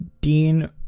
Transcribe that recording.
dean